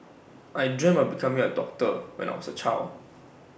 I dreamt of becoming A doctor when I was A child